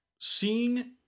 seeing